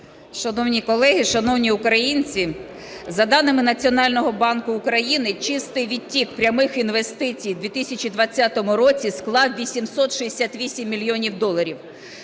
Шановні колеги, шановні українці, за даними Національного банку України чистий відтік прямих інвестицій в 2020 році склав 868 мільйонів доларів,